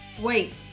wait